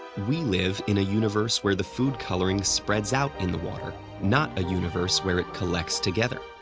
we live in a universe where the food coloring spreads out in the water, not a universe where it collects together.